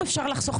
משפט.